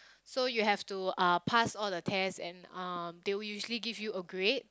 so you have to uh pass all the test and um they will usually give you a grade